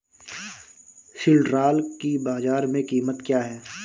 सिल्ड्राल की बाजार में कीमत क्या है?